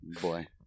Boy